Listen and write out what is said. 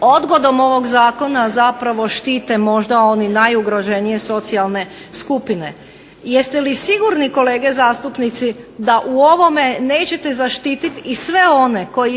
odgodom ovog zakona zapravo štite možda oni najugroženije socijalne skupine. Jeste li sigurni kolege zastupnici da u ovome nećete zaštititi sve one koji